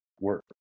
work